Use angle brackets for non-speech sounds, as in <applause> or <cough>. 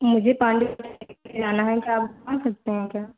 मुझे पांडु <unintelligible> जाना है क्या आप घुमा सकते हैं क्या